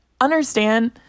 understand